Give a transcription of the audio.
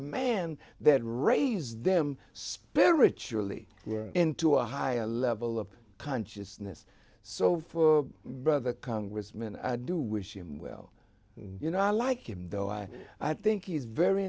man that raises them spiritually into a higher level of consciousness so for brother congressman i do wish him well you know i like him though i think he's very